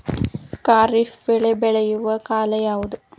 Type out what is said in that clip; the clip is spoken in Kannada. ಖಾರಿಫ್ ಬೆಳೆ ಬೆಳೆಯುವ ಕಾಲ ಯಾವುದು?